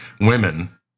women